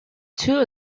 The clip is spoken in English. two